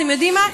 אתם יודעים מה?